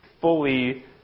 fully